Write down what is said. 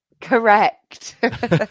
correct